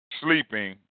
sleeping